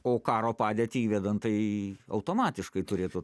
o karo padėtį įvedant tai automatiškai turėtų